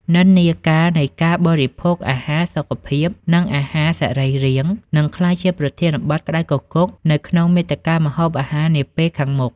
និន្នាការនៃការបរិភោគអាហារសុខភាព និងអាហារសរីរាង្គ នឹងក្លាយជាប្រធានបទក្តៅគគុកនៅក្នុងមាតិកាម្ហូបអាហារនាពេលខាងមុខ។